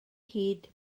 hid